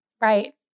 Right